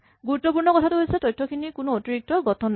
গুৰুত্বপূৰ্ণ কথাটো হৈছে যে তথ্যখিনিৰ কোনো অতিৰিক্ত গঠন নাই